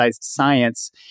science